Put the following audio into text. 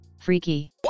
Freaky